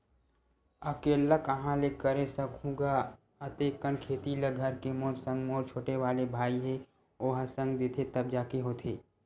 अकेल्ला काँहा ले करे सकहूं गा अते कन खेती ल घर के मोर संग मोर छोटे वाले भाई हे ओहा संग देथे तब जाके होथे